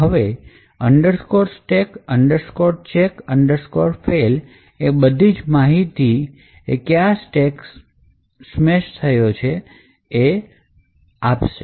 હવે stack chk fail એ બધી જ માહિતી કે કયા સ્ટેક smash થયો એ આપશે